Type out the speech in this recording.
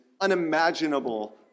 unimaginable